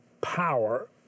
power